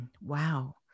Wow